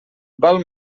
val